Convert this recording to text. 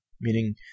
Meaning